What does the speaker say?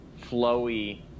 flowy